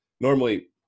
normally